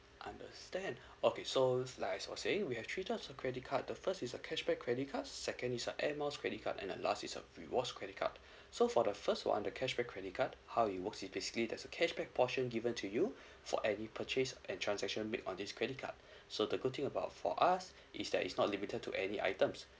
understand okay so like I was saying we have three type of credit card the first is a cashback credit cards second is a Air Miles credit card and the last is a rewards credit card so for the first one the cashback credit card how it works it basically there's a cashback portion given to you for any purchase and transaction made on this credit card so the good thing about for us is that is not limited to any items